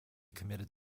committed